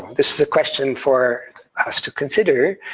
this is a question for us to consider